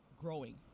growing